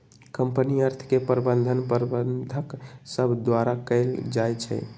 company अर्थ के प्रबंधन प्रबंधक सभ द्वारा कएल जाइ छइ